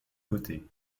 côtés